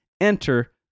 enter